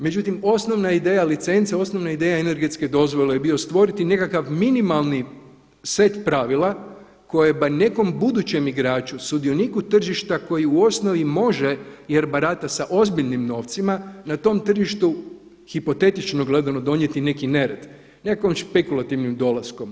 Međutim, osnovna je ideja licence, osnovna je licenca energetske dozvole je bio stvoriti nekakav minimalni set pravila koja nekom budućem igraču, sudioniku tržišta koji u osnovi može jer barata sa ozbiljnim novcima na tom tržištu hipotetično gledano donijeti neke nered nekakvim špekulativnim dolaskom.